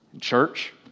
Church